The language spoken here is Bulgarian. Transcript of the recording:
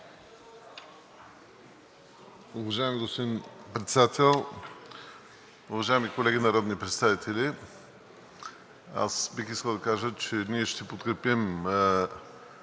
уважаеми колеги народни представители! Аз бих искал да кажа, че ние ще подкрепим